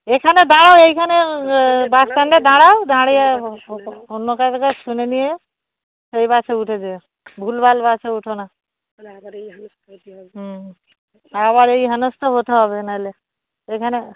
এখানে দাঁড়াও এইখানে বাস স্ট্যান্ডে দাঁড়াও দাঁড়িয়ে অন্য কারও কাছে শুনে নিয়ে সেই বাসে উঠেছে ভুলবাল বাসে উঠো না আবার এই হেনস্থা হতে হবে নাহলে এখানে